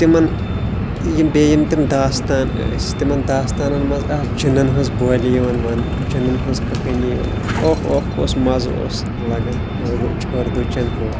تِمن یِم بیٚیہِ یِم تِم داستان ٲسۍ تِمن داستانن منٛز آسہٕ جِنَن ہٕنٛز بولہِ یِوان وَنٛنہٕ جنَن ہٕنٛز کہانی یِوان وَنٛنہٕ اوٚہ اوٚہ کُس مَزٕ اوس لَگان اُردوچ اُردوچَن